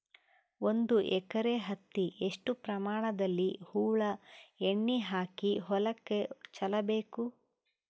ಒಂದು ಎಕರೆ ಹತ್ತಿ ಎಷ್ಟು ಪ್ರಮಾಣದಲ್ಲಿ ಹುಳ ಎಣ್ಣೆ ಹಾಕಿ ಹೊಲಕ್ಕೆ ಚಲಬೇಕು?